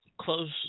close